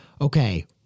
okay